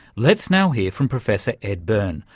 let's now hear from professor ed byrne,